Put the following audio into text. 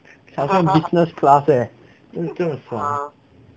好像 business class leh 是不是更爽